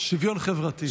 שוויון חברתי.